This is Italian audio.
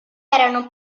erano